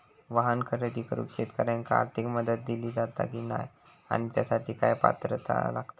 वाहन खरेदी करूक शेतकऱ्यांका आर्थिक मदत दिली जाता की नाय आणि त्यासाठी काय पात्रता लागता?